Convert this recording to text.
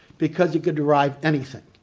because you could derive anything.